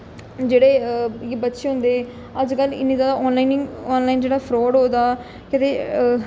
जेह्ड़े इयै बच्चे होंदे अज्जकल इन्नी ज्यादा आनलाइन आनलाइन जेह्ड़ा फ्राड होआ दा केह् आखदे